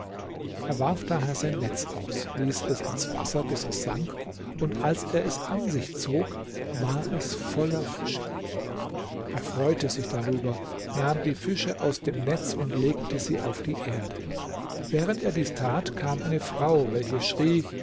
er warf daher sein netz aus ließ es ins wasser bis es sank und als er es an sich zog war es voller fische er freute sich darüber nahm die fische aus dem netz und legte sie auf die erde während er dies tat kam eine frau welche schrie